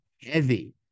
heavy